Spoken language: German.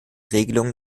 regelungen